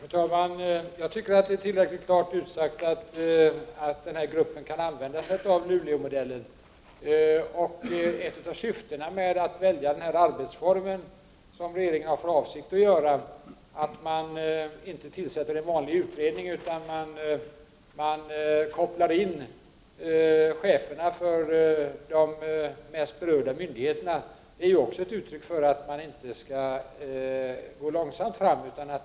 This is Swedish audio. Fru talman! Jag tycker att det är tillräckligt klart utsagt att aktionsgruppen kan använda sig av Luleåmodellen. Ett av syftena med att använda sig av den arbetsmodell som regeringen har för avsikt att genomföra, dvs. att man inte tillsätter en vanlig utredning utan inkopplar cheferna från de mest berörda myndigheterna, är att man inte skall gå långsamt fram.